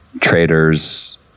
traders